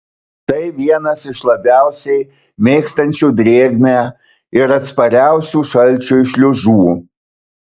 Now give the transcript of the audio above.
tai vienas iš labiausiai mėgstančių drėgmę ir atspariausių šalčiui šliužų